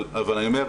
אבל אני אומר,